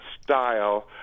style